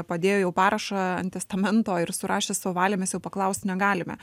padėjo jau parašą ant testamento ir surašė savo valią mes jau paklaust negalime